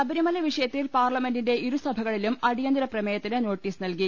ശബരിമല വിഷയത്തിൽ പാർലമെന്റിന്റെ ഇരു സഭകളിലും അടിയന്തര പ്രമേയത്തിന് നോട്ടീസ് നൽകി